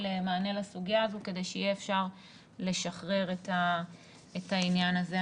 מענה לסוגיה הזו כדי שיהיה אפשר לשחרר את העניין הזה.